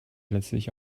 letztlich